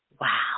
Wow